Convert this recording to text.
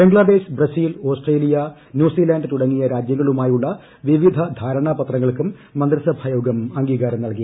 Bangladesh Brazil Australia New Zealand തുടങ്ങിയ രാജ്യങ്ങളുമായുള്ള വിവിധ ധാരണാപത്രങ്ങൾക്കും മന്ത്രിസഭായോഗം അംഗീകാരം നൽകി